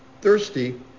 thirsty